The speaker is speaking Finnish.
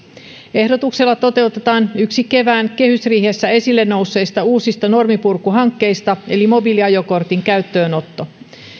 ehdotuksella toteutetaan yksi kevään kehysriihessä esille nousseista uusista norminpurkuhankkeista eli mobiiliajokortin käyttöönotto